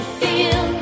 feel